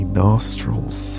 nostrils